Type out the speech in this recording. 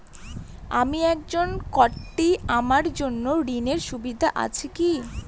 আমি একজন কট্টি আমার জন্য ঋণের সুবিধা আছে কি?